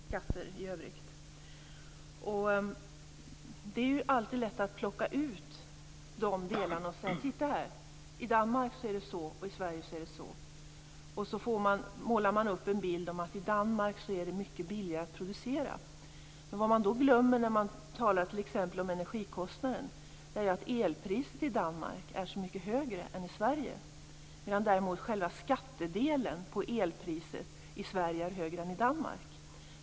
Herr talman! Jag delar uppfattningen att det har varit en ensidig debatt om vissa kostnader och fördyringar, som man har hävdat åläggs det svenska jordbruket. Det skulle vara elskatter, dieselskatter och energiskatter i övrigt. Det är alltid lätt att plocka ut de delarna och säga "Titta här! I Danmark är det så, och i Sverige är det så". Så målar man upp en bild om att det i Danmark är mycket billigare att producera. Vad man glömmer när man talar t.ex. om energikostnaden är att elpriset i Danmark är så mycket högre än i Sverige, medan själva skattedelen på elpriset däremot är högre i Sverige än i Danmark.